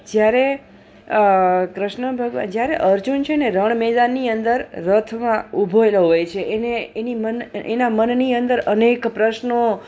જ્યારે જ્યારે જ્યારે અર્જુન છેને રણ મેદાનની અંદર રથમાં ઊભો જ હોય છે એની એના મનની અંદર અનેક પ્રશ્નો